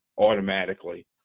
automatically